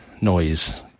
noise